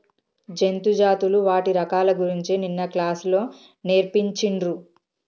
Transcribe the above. జంతు జాతులు వాటి రకాల గురించి నిన్న క్లాస్ లో నేర్పిచిన్రు